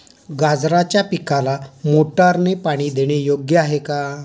गाजराच्या पिकाला मोटारने पाणी देणे योग्य आहे का?